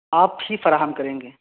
آپ ہی فراہم کریں گے